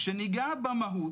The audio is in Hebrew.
כאשר ניגע במהות,